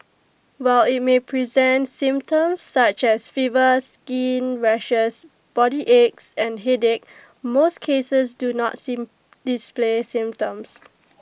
while IT may present symptoms such as fever skin rashes body aches and headache most cases do not sin display symptoms